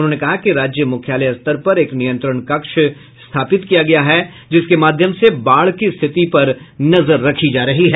उन्होने कहा कि राज्य मुख्यालय स्तर पर एक नियंत्रण कक्ष स्थापित किया गया है जिसके माध्यम से बाढ की स्थिति पर नजर रखी जा रही है